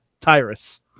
tyrus